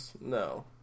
No